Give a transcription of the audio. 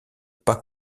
pas